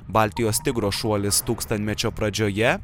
baltijos tigro šuolis tūkstantmečio pradžioje